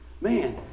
Man